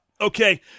okay